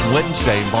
Wednesday